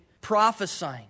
prophesying